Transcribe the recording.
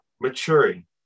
maturing